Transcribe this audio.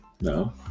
no